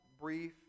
brief